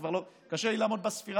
כבר קשה לי לעמוד בספירה,